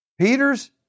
Peter's